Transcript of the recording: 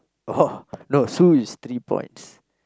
oh no Sue is three points